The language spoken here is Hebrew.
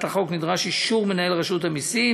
החוק: נדרש אישור מנהל רשות המסים,